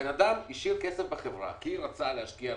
הבן אדם השאיר כסף בחברה כי הוא רצה להשקיע,